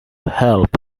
help